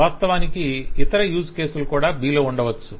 వాస్తవానికి ఇతర యూజ్ కేసులు కూడా B లో ఉండవచ్చు